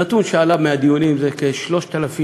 נתון שעלה מהדיונים, שמתוך כ-3,000